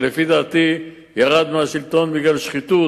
שלפי דעתי ירד מהשלטון בגלל שחיתות,